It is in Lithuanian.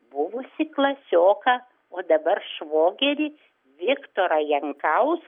buvusį klasioką o dabar švogerį viktorą jankauską